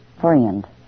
friend